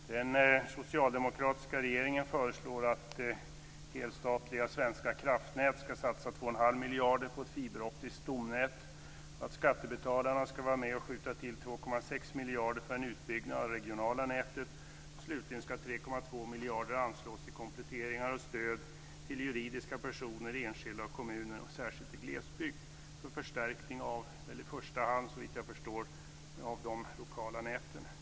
Den socialdemokratiska regeringen föreslår att det helstatliga Svenska Kraftnät ska satsa 2 1⁄2 miljarder på ett fiberoptiskt stomnät och att skattebetalarna ska vara med och skjuta till 2,6 miljarder för en utbyggnad av det regionala nätet, och slutligen ska 3,2 miljarder anslås till kompletteringar och stöd till juridiska personer, enskilda och kommuner särskilt i glesbygd för förstärkning av i första hand, såvitt jag förstår, de lokala näten.